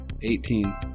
Eighteen